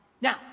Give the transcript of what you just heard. Now